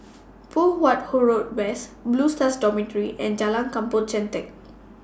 Poh Huat Huo Road West Blue Stars Dormitory and Jalan Kampong Chantek